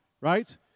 right